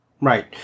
Right